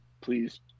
please